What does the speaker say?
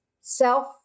self